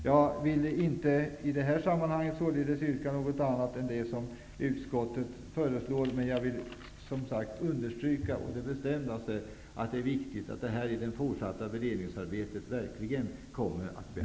Jag vill i det här sammanhanget således inte yrka på någonting annat än det som utskottet föreslår, men jag vill understryka å det bestämdaste att det är viktigt att detta verkligen kommer att beaktas i det fortsatta beredningsarbetet.